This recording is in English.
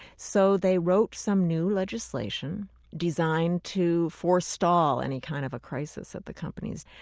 so they wrote some new legislation designed to forestall any kind of a crisis at the companies.